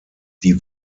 die